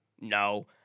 No